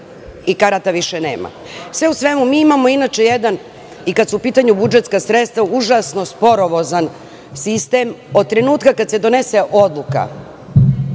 i karata više nema. Sve u svemu, mi imamo jedan, kada su u pitanju budžetska sredstva, užasno sporovozan sistem. Od trenutka kada se donese odluka